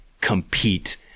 compete